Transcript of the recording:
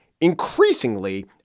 increasingly